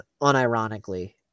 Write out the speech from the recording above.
unironically